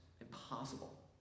impossible